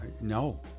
no